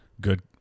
good